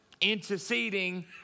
interceding